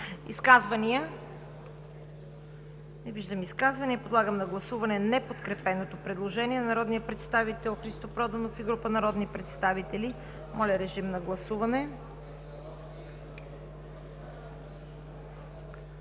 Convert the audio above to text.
Изказвания? Не виждам. Подлагам на гласуване неподкрепеното предложение на народния представител Христо Проданов и група народни представители. Гласували